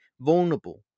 vulnerable